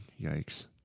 Yikes